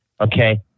Okay